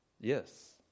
Yes